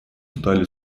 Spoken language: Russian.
стали